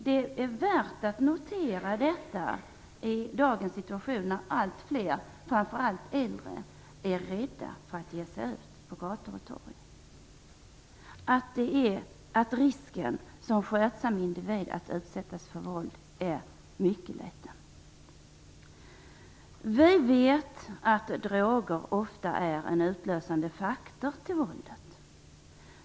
Det är värt att notera detta i dagens läge, då allt fler - framför allt de äldre - är rädda för att ge sig ut på gator och torg. Det är värt att notera att risken för att en skötsam individ utsätts för våld är mycket liten. Vi vet att droger ofta är en utlösande faktor till våldet.